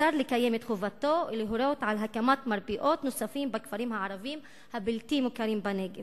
יאסין הוא אחד מ-80,000 תושבים הגרים ב-45 כפרים בלתי מוכרים על-ידי